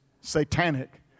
satanic